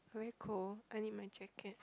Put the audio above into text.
very cold I need my jacket